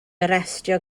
arestio